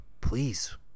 please